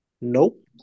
Nope